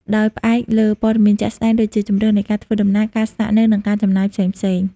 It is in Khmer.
ដោយផ្អែកលើព័ត៌មានជាក់ស្ដែងដូចជាជម្រើសនៃការធ្វើដំណើរ ការស្នាក់នៅ និងការចំណាយផ្សេងៗ។